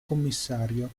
commissario